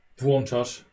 włączasz